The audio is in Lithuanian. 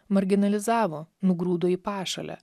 marginalizavo nugrūdo į pašalę